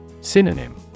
Synonym